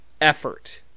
effort